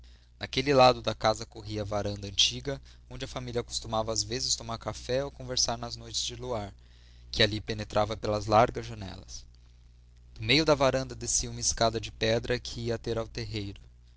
naquele lado da casa corria a varanda antiga onde a família costumava às vezes tomar café ou conversar nas noites de luar que ali penetrava pelas largas janelas do meio da varanda descia uma escada de pedra que ia ter ao terreiro